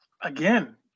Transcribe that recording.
Again